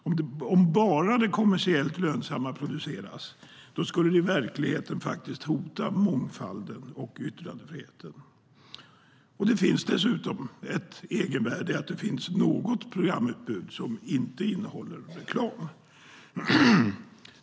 Om bara det kommersiellt lönsamma produceras skulle det i verkligheten faktiskt hota mångfalden och yttrandefriheten. Det finns dessutom ett egenvärde i att det finns något programutbud som inte innehåller reklam.